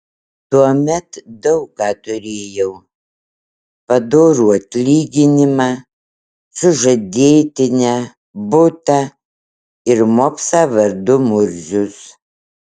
tuomet daug ką turėjau padorų atlyginimą sužadėtinę butą ir mopsą vardu murzius